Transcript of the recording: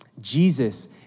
Jesus